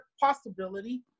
possibility